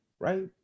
right